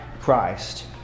Christ